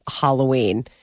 Halloween